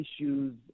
issues